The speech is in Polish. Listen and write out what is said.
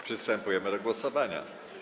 Przystępujemy do głosowania.